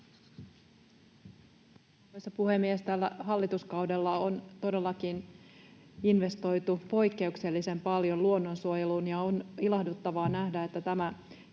puhemies! Tällä hallituskaudella on todellakin investoitu poikkeuksellisen paljon luonnonsuojeluun, ja on ilahduttavaa nähdä, että tämä